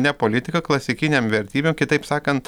ne politika klasikinėm vertybėm kitaip sakant